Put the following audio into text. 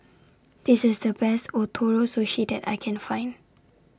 This IS The Best Ootoro Sushi that I Can Find